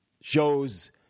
shows